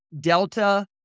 Delta